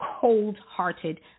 cold-hearted